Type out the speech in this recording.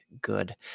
good